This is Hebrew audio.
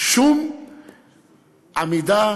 שום עמידה,